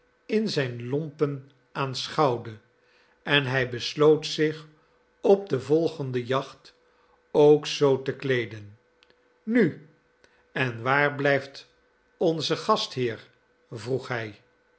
in zijn lompen aanschouwde en hij besloot zich op de volgende jacht ook zoo te kleeden nu en waar blijft onze gastheer vroeg hij